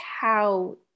how-